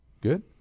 Good